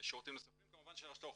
שירותים נוספים, כמובן רשות האוכלוסין,